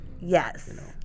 yes